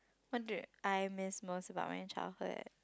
what do I miss most about my childhood